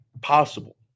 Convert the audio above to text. possible